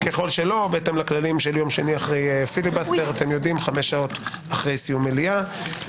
בהתאם לכללים של יום שני אחרי פיליבאסטר - חמש שעות אחרי סיום המליאה.